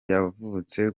yavutse